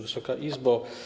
Wysoka Izbo!